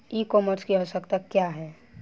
ई कॉमर्स की आवशयक्ता क्या है?